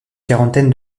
quarantaine